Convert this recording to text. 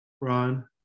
Ron